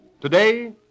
Today